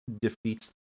defeats